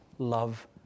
love